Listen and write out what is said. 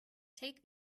take